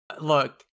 Look